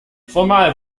formal